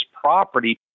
property